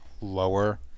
lower